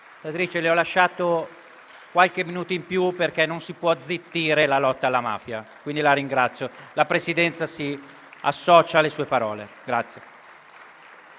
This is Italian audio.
Senatrice, le ho lasciato qualche minuto in più, perché non si può zittire la lotta alla mafia e, quindi, la ringrazio. La Presidenza si associa alle sue parole.